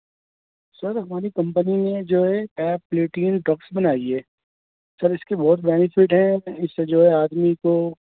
سر ہماری کمپنی میں جو ہے ٹیب پلیٹم ڈکس بنائی ہے سر اس کے بہت بینیفٹ ہیں اس سے جو ہے آدمی کو